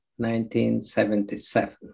1977